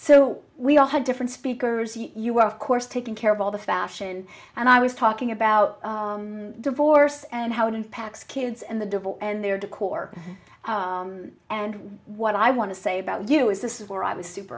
so we all had different speakers you were of course taking care of all the fashion and i was talking about divorce and how it impacts kids and the devil and their decor and what i want to say about you is this is where i was super